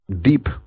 deep